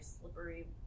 slippery